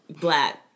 black